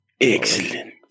Excellent